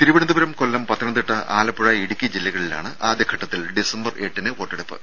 തിരുവനന്തപുരം കൊല്ലം പത്തനംതിട്ട ആലപ്പുഴ ഇടുക്കി ജില്ലകളിലാണ് ആദ്യഘട്ടത്തിൽ ഡിസംബർ എട്ടിന് വോട്ടെടുപ്പ്